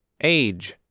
Age